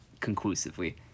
conclusively